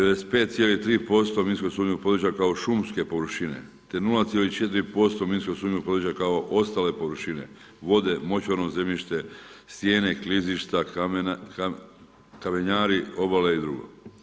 95,3% minsko sumnjivog područja kao šumske površine te 0,4% minsko sumnjivog područja kao ostale površine, vode, močvarno zemljište, stijene, klizišta, kamenjari, obale i drugo.